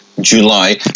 July